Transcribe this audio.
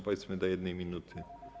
Powiedzmy, do 1 minuty.